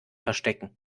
verstecken